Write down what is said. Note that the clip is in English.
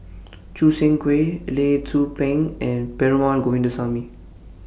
Choo Seng Quee Lee Tzu Pheng and Perumal Govindaswamy